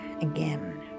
again